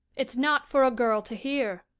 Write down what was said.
it's not for a girl to hear.